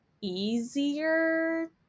easier